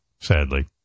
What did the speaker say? sadly